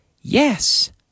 Yes